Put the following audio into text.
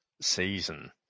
season